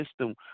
system